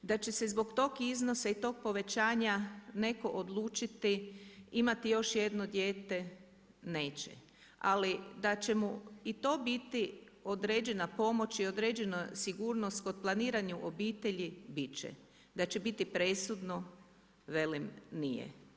Da će se zbog tog iznosa i tog povećanja neko odlučiti imati još jedno dijete, neće, ali da će mu i to biti određena pomoć i određena sigurnost kod planiranja obitelji, bit će, da će biti presudno, velim nije.